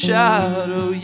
Shadow